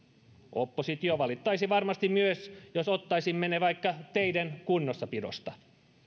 oppositio valittaisi varmasti myös jos ottaisimme ne vaikka teiden kunnossapidosta